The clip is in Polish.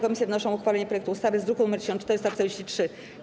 Komisje wnoszą o uchwalenie projektu ustawy z druku nr 1443.